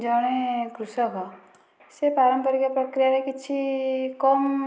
ଜଣେ କୃଷକ ସେ ପାରମ୍ପରିକ ପ୍ରକିୟାରେ କିଛି କମ